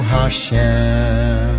Hashem